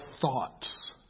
thoughts